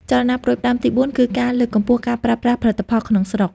ចលនាផ្តួចផ្តើមទីបួនគឺការលើកកម្ពស់ការប្រើប្រាស់ផលិតផលក្នុងស្រុក។